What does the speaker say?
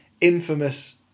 infamous